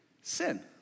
Sin